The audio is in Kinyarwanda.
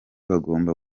bagomba